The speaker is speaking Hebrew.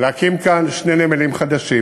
להקים כאן שני נמלים חדשים.